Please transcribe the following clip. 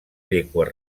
llengües